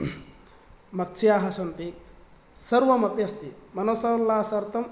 मत्स्या सन्ति सर्वं अपि अस्ति मनसोल्लासार्थम्